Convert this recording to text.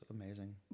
amazing